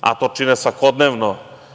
a to čine svakodnevno